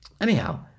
anyhow